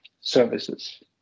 services